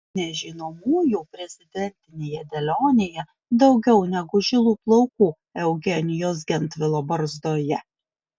nežinomųjų prezidentinėje dėlionėje daugiau negu žilų plaukų eugenijaus gentvilo barzdoje